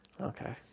Okay